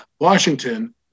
Washington